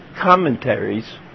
commentaries